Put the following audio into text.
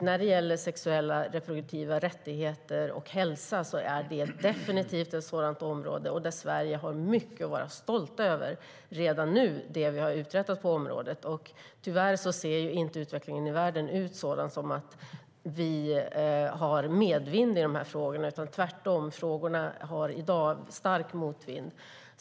När det gäller sexuell och reproduktiv hälsa och rättigheter är det definitivt ett sådant område där Sverige har mycket att vara stolt över redan vad gäller det som vi har uträttat på området. Tyvärr ser utvecklingen i världen inte ut på ett sådant sätt att vi har medvind i dessa frågor. Tvärtom har frågorna i dag en stark motvind.